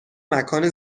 مکان